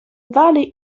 valley